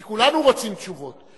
כי כולנו רוצים תשובות,